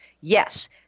Yes